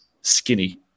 skinny